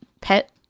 pet